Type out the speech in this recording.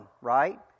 right